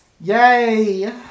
Yay